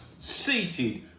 seated